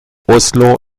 oslo